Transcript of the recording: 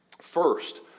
First